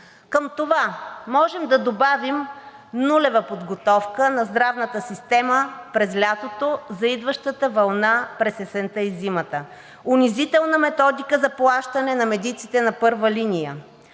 Към това можем да добавим нулева подготовка на здравната система през лятото за идващата вълна през есента и зимата. Унизителна методика за плащане на медиците на първа линия.